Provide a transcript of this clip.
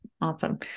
awesome